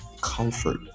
comfort